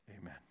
amen